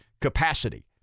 capacity